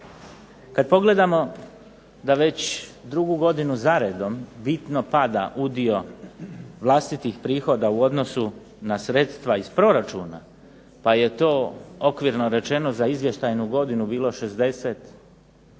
Kad pogledamo da već drugu godinu zaredom bitno pada udio vlastitih prihoda u odnosu na sredstva iz proračuna, pa je to okvirno rečeno za izvještajnu godinu bilo 60,